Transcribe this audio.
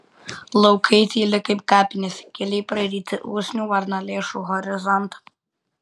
laukai tyli kaip kapinės keliai praryti usnių varnalėšų horizonto